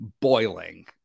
boiling